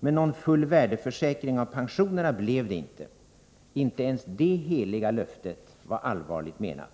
Men någon full värdesäkring av pensionerna blev det inte. Inte ens det heliga löftet var allvarligt menat.